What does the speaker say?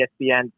ESPN